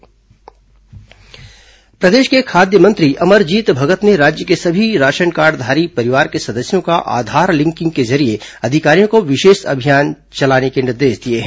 one nation one ration card प्रदेश के खाद्य मंत्री अमरजीत भगत ने राज्य के सभी राशन कार्डधारी परिवार के सदस्यों का आधार लिंकिंग के लिए अधिकारियों को विशेष अभियान चलाने के निर्देश दिए हैं